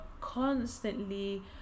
constantly